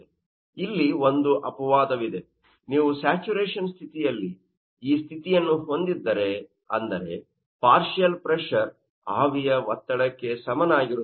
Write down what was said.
ಇಲ್ಲಿ ಒಂದು ಅಪವಾದವಿದೆ ನೀವು ಸ್ಯಾಚುರೇಶನ್ ಸ್ಥಿತಿಯಲ್ಲಿ ಈ ಸ್ಥಿತಿಯನ್ನು ಹೊಂದಿದ್ದರೆ ಅಂದರೆ ಪಾರ್ಷಿಯಲ್ ಪ್ರೆಶರ್ ಆವಿಯ ಒತ್ತಡಕ್ಕೆ ಸಮನಾಗಿರುತ್ತದೆ